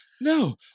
No